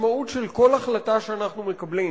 המשמעות של כל החלטה שאנחנו מקבלים